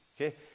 okay